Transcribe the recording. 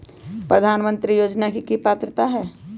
प्रधानमंत्री योजना के की की पात्रता है?